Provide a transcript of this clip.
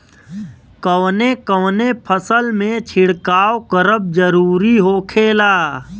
कवने कवने फसल में छिड़काव करब जरूरी होखेला?